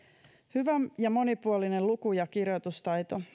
hyvä ja monipuolinen luku ja kirjoitustaito